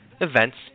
events